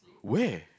where